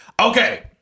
Okay